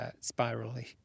spirally